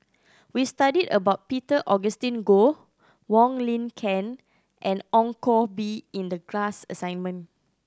we studied about Peter Augustine Goh Wong Lin Ken and Ong Koh Bee in the class assignment